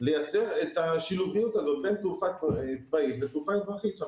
לייצר את השילוביות הזאת בין תעופה צבאית לתעופה אזרחית.